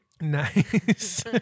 Nice